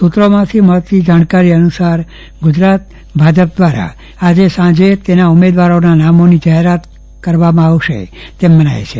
સુત્રોમાંથી મળતી જાણકારી અનુસાર ગુજરાત ભાજપ દ્વારા આજે સાંજે તેના ઉમેદવારોના નામોની જાહેરાત કરશે તેમ મનાય છે